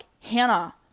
Hannah